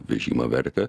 vežimą vertė